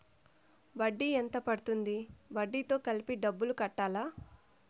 వడ్డీ ఎంత పడ్తుంది? వడ్డీ తో కలిపి డబ్బులు కట్టాలా?